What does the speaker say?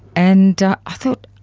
and i thought,